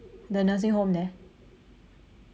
the nursing home there